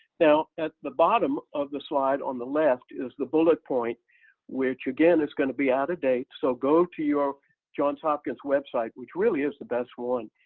now at the bottom of the slide on the left is the bullet point which again is going to be out of date. so go to your johns hopkins website, which really is the best one.